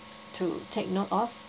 to take note of